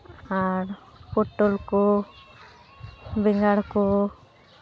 ᱟᱨ ᱯᱚᱴᱚᱞ ᱠᱚ ᱵᱮᱸᱜᱟᱲ ᱠᱚ